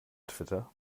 twitter